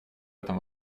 этом